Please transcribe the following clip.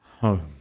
home